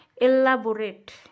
elaborate